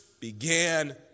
began